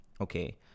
Okay